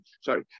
Sorry